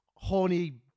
Horny